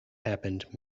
happened